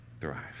thrive